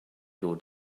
your